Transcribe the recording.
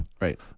Right